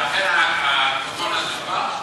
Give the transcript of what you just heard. שאכן המיקרופון נשבר?